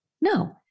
No